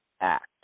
act